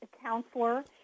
counselor